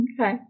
Okay